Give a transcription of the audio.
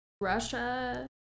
Russia